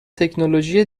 تکنولوژی